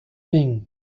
thing